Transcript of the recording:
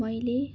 मैले